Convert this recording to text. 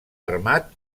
armat